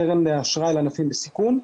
הקרן לאשראי לענפים בסיכון.